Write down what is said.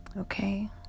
okay